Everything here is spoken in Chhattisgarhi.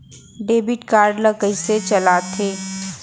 डेबिट कारड ला कइसे चलाते?